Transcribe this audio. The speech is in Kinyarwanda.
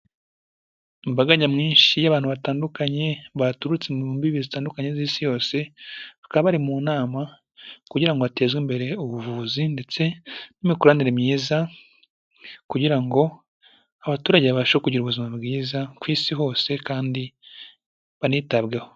Imbaga nyamwinshi y'abantu batandukanye, baturutse mu mbibi zitandukanye z'Isi yos, bakaba bari mu nama kugira ngo hatezwe imbere ubuvuzi ndetse n'imikoranire myiza kugira ngo abaturage babashe kugira ubuzima bwiza ku Isi hose kandi banitabweho.